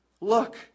Look